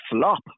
flop